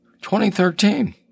2013